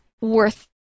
worth